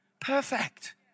perfect